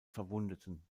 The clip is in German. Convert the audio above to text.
verwundeten